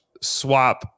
swap